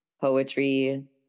Poetry